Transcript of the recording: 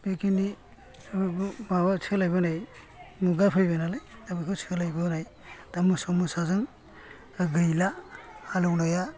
बेखिनि माबा सोलायबोनाय मुगा फैबाय नालाय दा बिखौ सोलायबोबाय दा मोसाजों दा गैला हालेवनाया